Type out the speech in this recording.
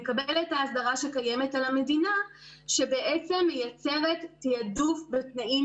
שקיימת על המדינה שמייצרת תעדוף בתנאים